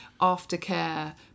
aftercare